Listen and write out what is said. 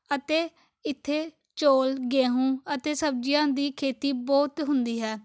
ਅਤੇ ਇੱਥੇ ਚੋਲ ਗੇਹੂੰ ਅਤੇ ਸਬਜ਼ੀਆਂ ਦੀ ਖੇਤੀ ਬਹੁਤ ਹੁੰਦੀ ਹੈ